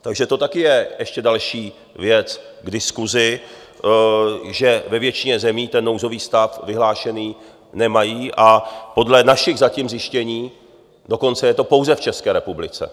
Takže to taky je ještě další věc k diskusi, že ve většině zemí ten nouzový stav vyhlášený nemají, a podle našich zatím zjištění je to dokonce pouze v České republice.